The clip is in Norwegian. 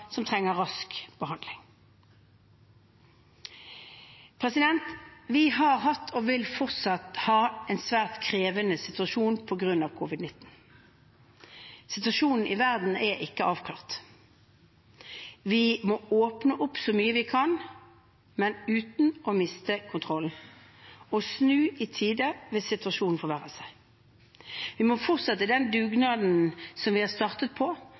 som trenger rask behandling. Vi har hatt og vil fortsatt ha en svært krevende situasjon på grunn av covid-19. Situasjonen i verden er ikke avklart. Vi må åpne opp så mye vi kan, men uten å miste kontrollen, og snu i tide hvis situasjonen forverrer seg. Vi må fortsette den dugnaden som vi har startet på,